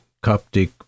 Coptic